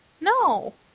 No